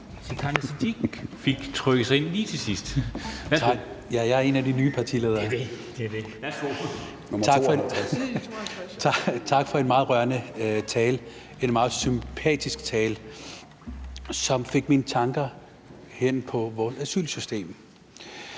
Værsgo. Kl. 14:14 Sikandar Siddique (FG): Ja, jeg er en af de nye partiledere. Tak for en meget rørende tale, en meget sympatisk tale, som fik mine tanker hen på vores asylsystem.